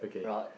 rod